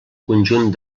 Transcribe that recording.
conjunt